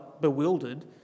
bewildered